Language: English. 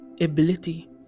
ability